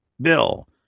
Bill